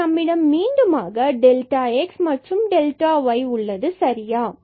பின்பு நம்மிடம் மீண்டுமாக டெல்டாx மற்றும் பின்பு டெல்டா y உள்ளது சரியா